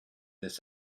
this